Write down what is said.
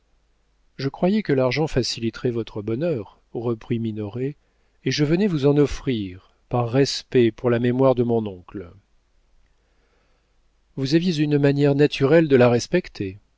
je croyais que l'argent faciliterait votre bonheur reprit minoret et je venais vous en offrir par respect pour la mémoire de mon oncle vous aviez une manière naturelle de la respecter